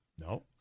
No